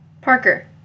Parker